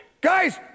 Guys